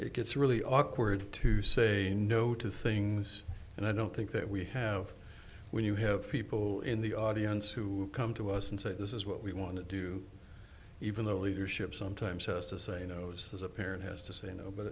it gets really awkward to say no to things and i don't think that we have when you have people in the audience who come to us and say this is what we want to do even though leadership sometimes has to say knows there's a parent has to say no but